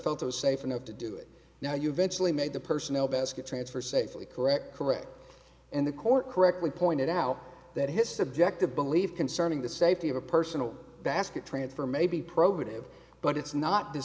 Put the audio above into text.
was safe enough to do it now you eventually made the personnel basket transfer safely correct correct and the court correctly pointed out that his subjective believe concerning the safety of a personal basket transfer may be probative but it's not